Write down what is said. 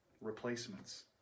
Replacements